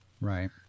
Right